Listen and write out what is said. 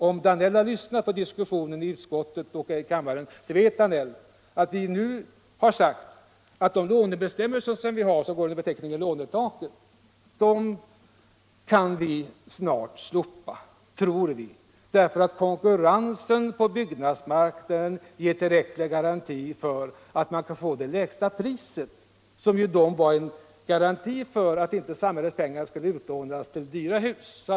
Om herr Danell har lyssnat till diskussionen i utskottet och i kammaren vet han att vi nu har sagt att vi tror att man snart kan slopa de lånebestämmelser som går under beteckningen lånetaket, därför att konkurrensen på byggnadsmarknaden ger tillräcklig garanti för ett byggande till lägsta möjliga pris; de bestämmelserna var ju en garanti för att inte samhällets pengar skulle utlånas till dyra hus.